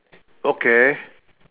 okay